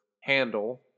handle